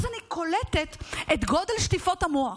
אז אני קולטת את גודל שטיפות המוח.